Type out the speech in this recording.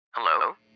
Hello